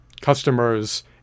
Customers